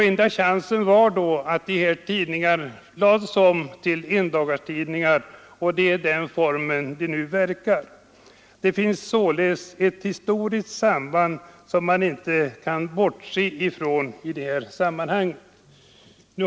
Enda chansen var då att lägga om dessa tidningar till endagstidningar, och det är i den formen de nu verkar. Det finns således ett historiskt samband som man inte kan bortse från i detta sammanhang.